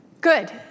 Good